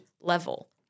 level